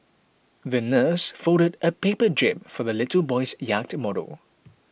the nurse folded a paper jib for the little boy's yacht model